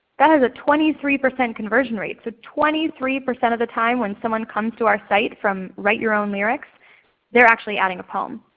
that has a twenty three percent conversion rate. so twenty three percent of the time when someone comes to our site from write your own lyrics they're actually adding a poem.